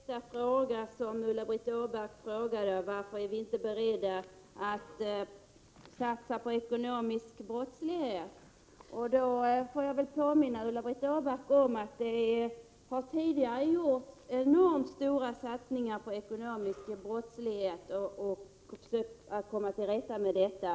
Fru talman! Först vänder jag mig till Ulla-Britt Åbark och hennes direkta fråga om varför vi inte är beredda att satsa på ekonomisk brottslighet. Jag får väl påminna Ulla-Britt Åbark om att det tidigare har gjorts enormt stora satsningar på ekonomisk brottslighet och försök att komma till rätta med denna.